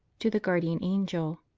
to the guardian angel.